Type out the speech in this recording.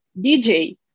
DJ